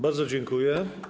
Bardzo dziękuję.